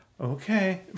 Okay